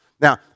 Now